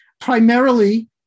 primarily